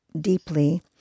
deeply